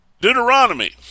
Deuteronomy